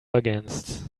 against